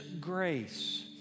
grace